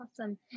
Awesome